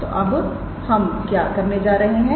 तोअब हम क्या करने जा रहे हैं